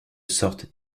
sorte